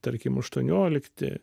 tarkim aštuoniolikti